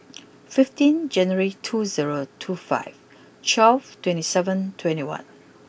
fifteen January two zero two five twelve twenty seven twenty one